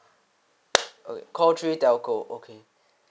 okay call three telco okay